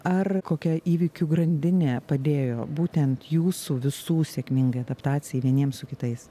ar kokia įvykių grandinė padėjo būtent jūsų visų sėkmingai adaptacijai vieniems su kitais